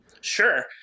Sure